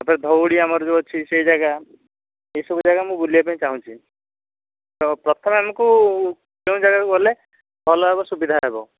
ତା'ପରେ ଧଉଳି ଆମର ଯେଉଁ ଅଛି ସେ ଜାଗା ଏସବୁ ଜାଗା ମୁଁ ବୁଲିବା ପାଇଁ ଚାହୁଁଛି ତ ପ୍ରଥମେ ଆମକୁ କେଉଁ ଜାଗାକୁ ଗଲେ ଭଲ ହେବ ସୁବିଧା ହେବ